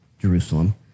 Jerusalem